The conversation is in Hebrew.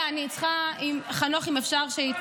אני מבין שעכשיו התחלת כבר לדאוג ליואב קיש.